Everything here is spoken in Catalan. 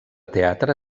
teatre